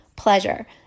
pleasure